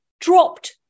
dropped